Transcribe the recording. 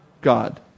God